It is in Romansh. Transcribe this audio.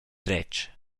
dretg